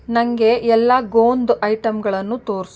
ನನಗೆ ಎಲ್ಲ ಗೋಂದು ಐಟಮ್ಗನ್ನು ತೋರ್ಸು